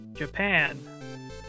Japan